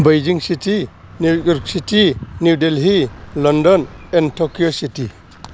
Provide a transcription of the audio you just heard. Beijing city New York city New Delhi London and Tokyo city